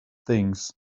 things